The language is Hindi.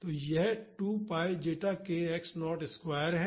तो वह 2 pi zeta k x naught square है